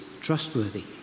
trustworthy